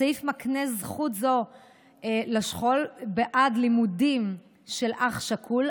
הסעיף מקנה זכות זו בעד לימודים של אח שכול,